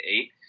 Eight